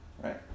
right